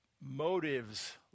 motives